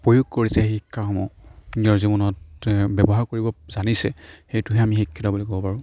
প্ৰয়োগ কৰিছে শিক্ষাসমূহ নিজৰ জীৱনত ব্যৱহাৰ কৰিব জানিছে সেইটোহে আমি শিক্ষিত বুলি ক'ব পাৰোঁ